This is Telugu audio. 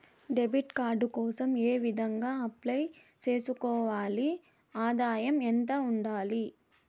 డెబిట్ కార్డు కోసం ఏ విధంగా అప్లై సేసుకోవాలి? ఆదాయం ఎంత ఉండాలి?